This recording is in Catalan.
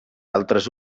altres